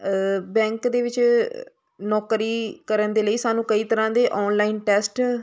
bank ਦੇ ਵਿੱਚ ਨੌਕਰੀ ਕਰਨ ਦੇ ਲਈ ਸਾਨੂੰ ਕਈ ਤਰ੍ਹਾਂ ਦੇ ਓਨਲਾਈਨ ਟੈਸਟ